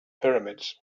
pyramids